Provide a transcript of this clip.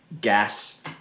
gas